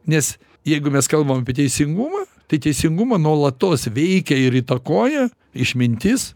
nes jeigu mes kalbam apie teisingumą tai teisingumą nuolatos veikia ir įtakoja išmintis